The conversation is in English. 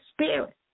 Spirit